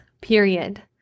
period